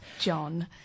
John